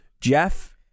jeff